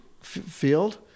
field